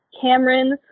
Cameron